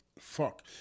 fuck